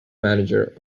manager